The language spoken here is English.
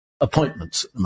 appointments